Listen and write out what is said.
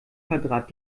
quadrat